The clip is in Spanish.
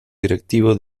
directivo